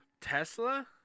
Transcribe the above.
Tesla